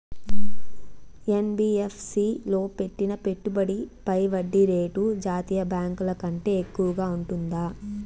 NBFC లో పెట్టిన పెట్టుబడి పై వడ్డీ రేటు జాతీయ బ్యాంకు ల కంటే ఎక్కువగా ఉంటుందా?